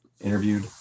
interviewed